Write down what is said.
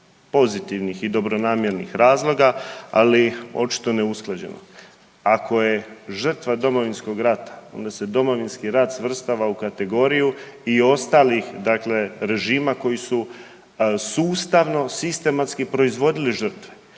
pozitivnih i dobronamjernih razloga, ali, očito neusklađeno. Ako je žrtva Domovinskog rata, onda se Domovinski rat svrstava u kategoriju i ostalih dakle režima koji su sustavno sistematski proizvodili žrtve.